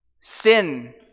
sin